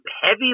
heavy